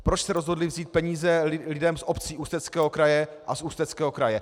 Proč se rozhodli vzít peníze lidem z obcí Ústeckého kraje a z Ústeckého kraje?